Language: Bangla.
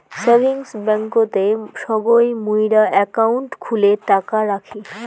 সেভিংস ব্যাংকতে সগই মুইরা একাউন্ট খুলে টাকা রাখি